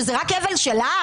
שזה רק אבל שלך?